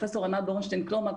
פרופ' ענת בורשטיין קלומק,